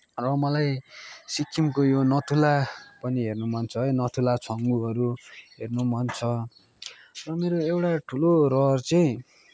र मलाई सिक्किमको यो नथुला पनि हेर्न मन छ है नथुला छाङ्गुहरू हेर्न मन छ र मेरो एउटा ठुलो रहर चाहिँ